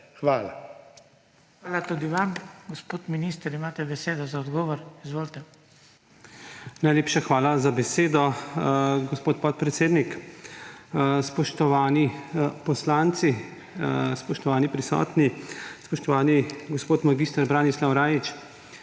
Hvala tudi vam. Gospod minister, imate besedo za odgovor. Izvolite. JANEZ POKLUKAR: Najlepša hvala za besedo, gospod podpredsednik. Spoštovani poslanci, spoštovani prisotni, spoštovani gospod mag. Branislav Rajić,